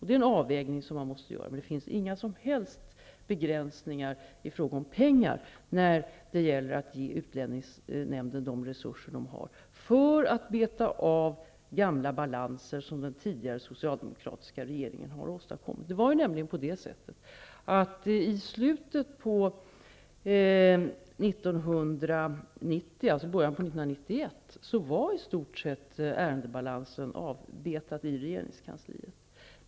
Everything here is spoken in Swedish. Det är en avvägning som man måste göra, men det finns inga som helst begränsningar i fråga om pengar när det gäller att ge utlänningsnämnden de resurser den behöver för att beta av gamla balanser som den tidigare socialdemokratiska regeringen har åstadkommit. I slutet av 1990 och början på 1991 var i stort sett ärendebalansen i regeringskansliet avbetad.